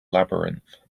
labyrinth